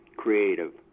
Creative